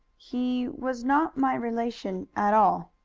he was not my relation at all.